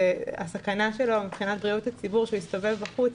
הסכנה שלו מבחינת בריאות הציבור שהוא יסתובב בחוץ,